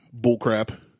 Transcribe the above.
bullcrap